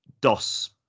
DOS